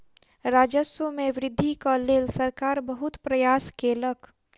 राजस्व मे वृद्धिक लेल सरकार बहुत प्रयास केलक